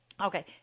okay